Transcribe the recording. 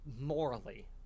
morally